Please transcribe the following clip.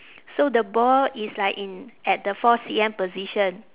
so the ball is like in at the four C_M position